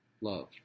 loved